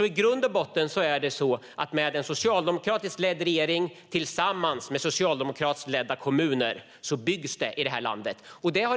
I grund och botten är det så att med en socialdemokratiskt ledd regering tillsammans med socialdemokratiskt ledda kommuner byggs det i detta land.